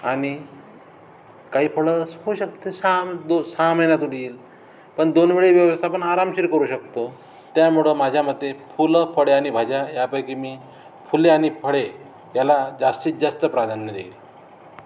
आणि काही फळं होऊ शकते सहा दो सहा महिन्यांनी येईल पण दोन वेळी व्यवस्थापन आरामशीर करू शकतो त्यामुळं माझ्या मते फुलं फळे आणि भाज्या यापैकी मी फुले आणि फळे याला जास्तीत जास्त प्राधान्य देईल